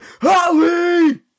Holly